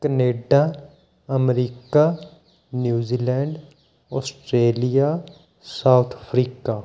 Canada America New Zealand Australia South Africa